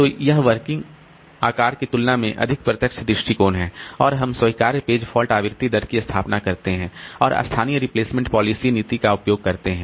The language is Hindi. तो यह वर्किंग आकार की तुलना में अधिक प्रत्यक्ष दृष्टिकोण है और हम स्वीकार्य पेज फॉल्ट आवृत्ति दर की स्थापना करते हैं और स्थानीय रिप्लेसमेंट पॉलिसी नीति का उपयोग करते हैं